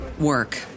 work